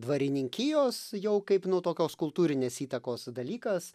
dvarininkijos jau kaip nu tokios kultūrinės įtakos dalykas